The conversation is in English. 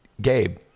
Gabe